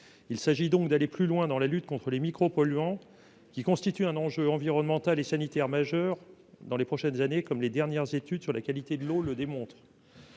il s'agit donc d'aller plus loin dans la lutte contre les micro-polluants qui constitue un enjeu environnemental et sanitaire majeur dans les prochaines années, comme les dernières études sur la qualité de l'eau, le démontre.